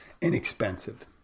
Inexpensive